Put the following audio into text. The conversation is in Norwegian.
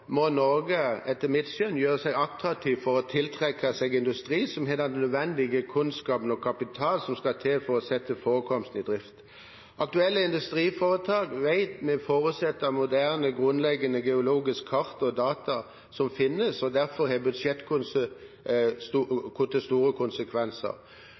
må Norge etter mitt syn gjøre seg attraktiv for å tiltrekke seg industri som har den nødvendige kunnskap og kapital som skal til for å sette forekomsten i drift. Aktuelle industriforetak vet vi forutsetter de moderne, grunnleggende geologiske kart og data som finnes, og derfor har